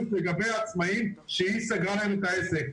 לגבי העצמאים שהיא סגרה להם את העסק.